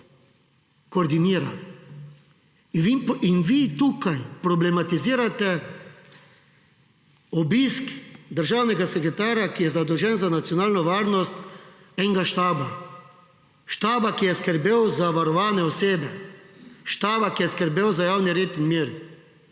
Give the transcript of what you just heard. koordinira. In vi tukaj problematizirate obisk državnega sekretarja, ki je zadolžen za nacionalno varnost enega štaba, štaba, ki je skrbel za varovane osebe, štaba, ki je skrbel za javni red in mir